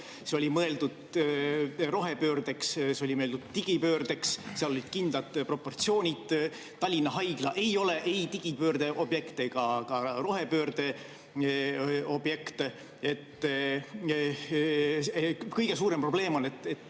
see oli mõeldud rohepöördeks, see oli mõeldud digipöördeks, seal olid kindlad proportsioonid. Tallinna Haigla ei ole ei digipöördeobjekt ega rohepöördeobjekt. Kõige suurem probleem on